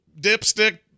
dipstick